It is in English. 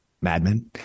madman